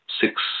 six